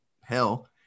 hell